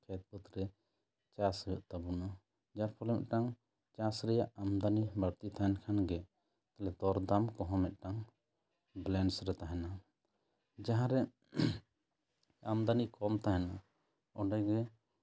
ᱠᱷᱮᱛ ᱵᱟᱹᱫᱽ ᱨᱮ ᱪᱟᱥ ᱦᱩᱭᱩᱜ ᱛᱟᱵᱚᱱᱟ ᱡᱟᱨ ᱯᱷᱚᱞᱮ ᱢᱤᱫᱴᱟᱝ ᱪᱟᱥ ᱨᱮᱭᱟᱜ ᱟᱢᱟᱫᱟᱱᱤ ᱵᱟᱹᱲᱛᱤ ᱛᱟᱦᱮᱱ ᱠᱷᱟᱱ ᱜᱮ ᱫᱚᱨᱫᱢ ᱠᱚᱦᱚᱸ ᱢᱤᱫᱴᱟᱝ ᱵᱮᱞᱮᱱᱥ ᱨᱮ ᱛᱟᱦᱮᱱᱟ ᱡᱟᱦᱟᱸ ᱨᱮ ᱟᱢᱫᱟᱱᱤ ᱠᱚ ᱛᱟᱦᱮᱱᱟ ᱚᱸᱰᱮ ᱜᱮ